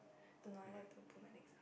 don't know I like to put my legs up